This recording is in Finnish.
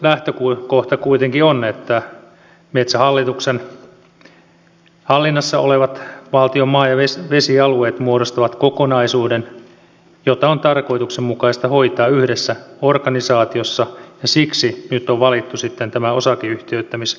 uuden lain lähtökohta kuitenkin on että metsähallituksen hallinnassa olevat valtion maa ja vesialueet muodostavat kokonaisuuden jota on tarkoituksenmukaista hoitaa yhdessä organisaatiossa ja siksi nyt on valittu sitten tämä osakeyhtiöittämisratkaisu